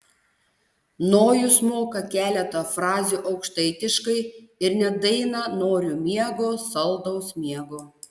nojus moka keletą frazių aukštaitiškai ir net dainą noriu miego saldaus miego